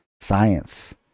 science